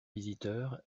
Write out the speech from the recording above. visiteur